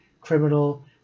criminal